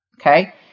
okay